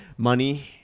Money